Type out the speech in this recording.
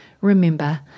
remember